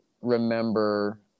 remember